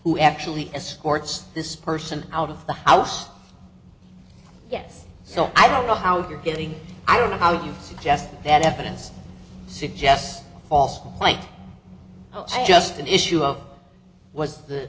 who actually escorts this person out of the house yes so i don't know how you're getting i don't know how you suggest that evidence suggests false complaint just an issue of was the